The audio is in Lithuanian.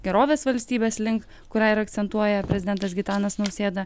gerovės valstybės link kurią ir akcentuoja prezidentas gitanas nausėda